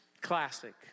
classic